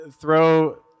throw